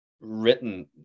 written